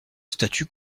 statu